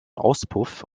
auspuff